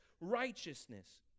righteousness